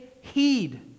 heed